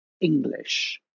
English